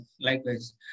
likewise